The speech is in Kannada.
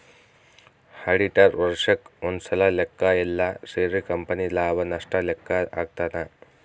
ಆಡಿಟರ್ ವರ್ಷಕ್ ಒಂದ್ಸಲ ಲೆಕ್ಕ ಯೆಲ್ಲ ಸೇರಿ ಕಂಪನಿ ಲಾಭ ನಷ್ಟ ಲೆಕ್ಕ ಹಾಕ್ತಾನ